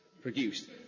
produced